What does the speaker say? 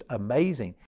amazing